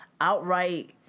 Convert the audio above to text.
outright